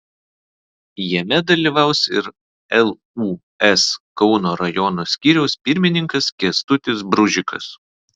jame dalyvaus ir lūs kauno rajono skyriaus pirmininkas kęstutis bružikas